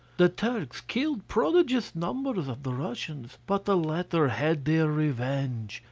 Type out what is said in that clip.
the turks killed prodigious numbers of the russians, but the latter had their revenge.